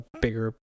bigger